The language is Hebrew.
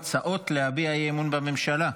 הצעות להביע אי-אמון בממשלה.